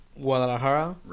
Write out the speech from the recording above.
Guadalajara